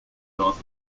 north